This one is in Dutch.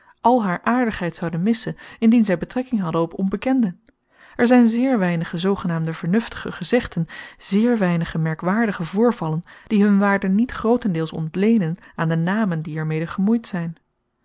al haar aardigheid zouden missen indien zij betrekking hadden op onbekenden er zijn zeer weinige zoogenaamde vernuftige gezegden zeer weinige merkwaardige voorvallen die hun waarde niet grootendeels ontleenen aan de namen die er mede gemoeid zijn